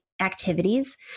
activities